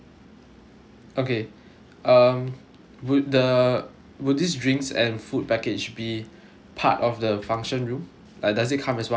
okay um would the would these drinks and food package be part of the function room like does it count as one package